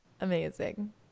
Amazing